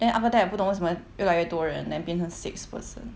then after that 不懂为什么越来越多人 then 变成 six person